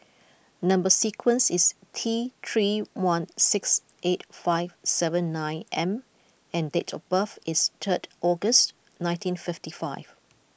number sequence is T three one six eight five seven nine M and date of birth is third August nineteen fifty five